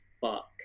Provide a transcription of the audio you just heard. fuck